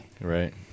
Right